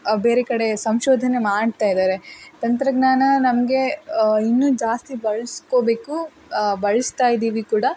ಬೇರೆ ಕಡೆ ಸಂಶೋಧನೆ ಮಾಡ್ತಾ ಇದ್ದಾರೆ ತಂತ್ರಜ್ಞಾನ ನಮಗೆ ಇನ್ನೂ ಜಾಸ್ತಿ ಬಳಸ್ಕೋಬೇಕು ಬಳಸ್ತಾ ಇದೀವಿ ಕೂಡ